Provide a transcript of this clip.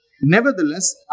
Nevertheless